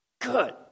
Good